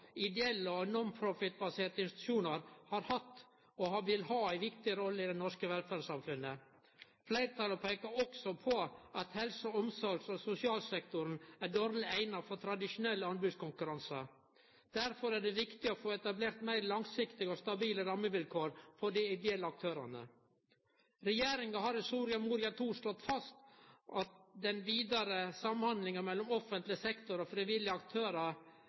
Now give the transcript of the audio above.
ideelle og nonprofitbaserte organisasjonar har hatt, og vil ha, ei viktig rolle i det norske velferdssamfunnet. Fleirtalet peikar også på at helse-, omsorgs- og sosialsektoren er dårleg eigna for tradisjonelle anbodskonkurransar. Derfor er det viktig å få etablert meir langsiktige og stabile rammevilkår for dei ideelle aktørane. Regjeringa har i Soria Moria II slått fast at ein vil vidareutvikle samhandlinga mellom offentleg sektor og frivillige